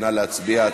נא להצביע.